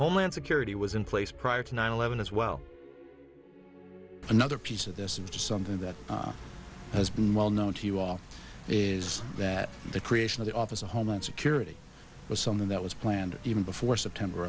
homeland security was in place prior to nine eleven as well another piece of this is just something that has been well known to all is that the creation of the office of homeland security was something that was planned even before september